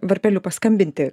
varpeliu paskambinti